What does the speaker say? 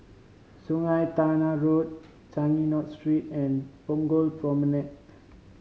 Sungei Tengah Road Changi North Street and Punggol Promenade